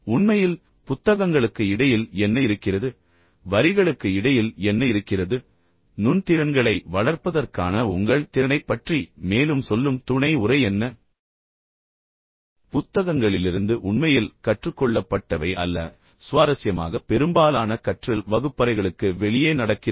உண்மையில் புத்தகங்களுக்கு இடையில் என்ன இருக்கிறது வரிகளுக்கு இடையில் என்ன இருக்கிறது நுண் திறன்களை வளர்ப்பதற்கான உங்கள் திறனைப் பற்றி மேலும் சொல்லும் துணை உரை என்ன புத்தகங்களிலிருந்து உண்மையில் கற்றுக்கொள்ளப்பட்டவை அல்ல சுவாரஸ்யமாக பெரும்பாலான கற்றல் வகுப்பறைகளுக்கு வெளியே நடக்கிறது